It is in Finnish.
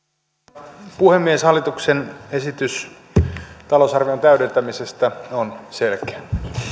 arvoisa puhemies hallituksen esitys talousarvion täydentämisestä on selkeä